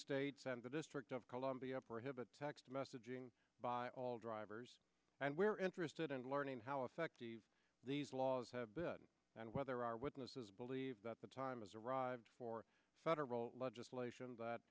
states and the district of columbia prohibits text messaging by all drivers and we're interested in learning how effective these laws have been and whether our witnesses believe that the time has arrived for federal legislation that